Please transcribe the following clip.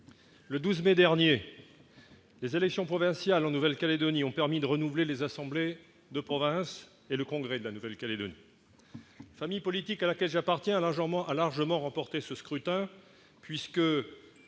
Le 12 mai dernier, les élections provinciales de Nouvelle-Calédonie ont permis de renouveler les assemblées de province et le Congrès. La famille politique à laquelle j'appartiens a largement remporté ce scrutin : avec